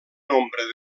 nombre